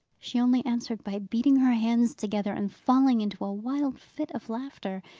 she only answered by beating her hands together, and falling into a wild fit of laughter.